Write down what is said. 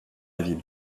ville